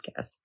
podcast